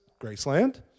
Graceland